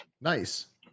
Nice